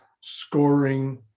scoring